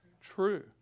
true